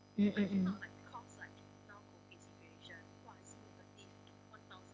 mm mm mm